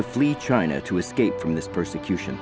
to flee china to escape from this persecution